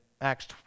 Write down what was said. Acts